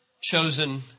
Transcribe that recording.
chosen